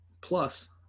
plus